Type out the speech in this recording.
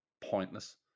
Pointless